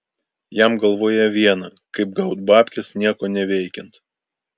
jam galvoje viena kaip gaut babkes nieko neveikiant